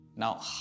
now